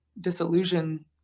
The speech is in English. disillusion